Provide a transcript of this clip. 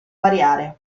variare